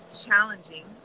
challenging